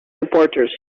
reporters